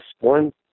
one